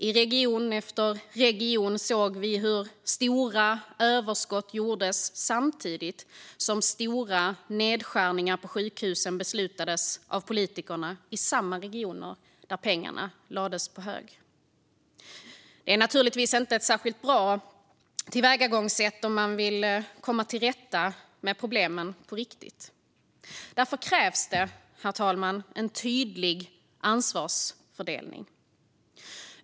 I region efter region såg vi hur stora överskott gjordes samtidigt som stora nedskärningar på sjukhusen beslutades av politikerna i samma regioner, där pengarna lades på hög. Det är naturligtvis inte ett särskilt bra tillvägagångssätt om man vill komma till rätta med problemen på riktigt. Därför krävs det, herr talman, en tydlig ansvarsfördelning.